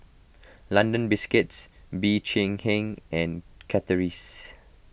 London Biscuits Bee Cheng Hiang and Chateraise